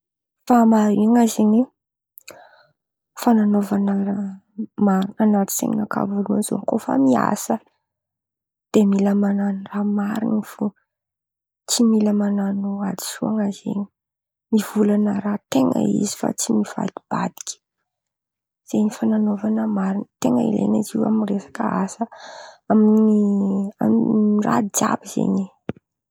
Fahamarin̈ana zen̈y, fan̈anaovan̈a raha marin̈a an̈aty sain̈akà vônaloan̈y zen̈y kô fa miasa, de mila man̈ano raha marin̈a fo, tsy mila man̈ano adisoan̈a zen̈y, mivolan̈a raha ten̈a izy fa tsy mivadibadiky, zen̈y fan̈anaovan̈a marin̈y. Ten̈a ilain̈a izy io amy resaka asa, amy amy raha jiàby zen̈y e!